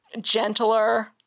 gentler